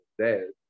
says